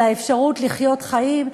על האפשרות לחיות חיים,